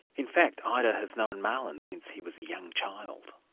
in fact, ida has known marlon since he was a young child.